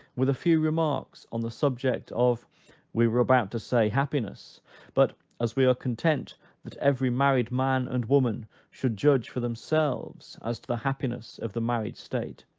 with a few remarks on the subject of we were about to say happiness but as we are content that every married man and woman should judge for themselves as to the happiness of the married state,